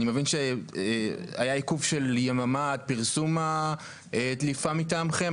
אני מבין שהיה עיכוב של יממה עד פרסום הדליפה מטעמכם.